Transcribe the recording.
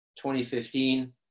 2015